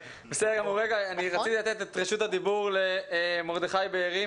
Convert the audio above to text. אני רוצה לתת את רשות הדיבור למרדכי בארי,